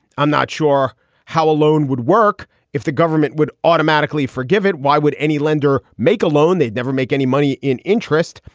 i'm not sure how a loan would work if the government would automatically forgive it. why would any lender make a loan? they'd never make any money in interest.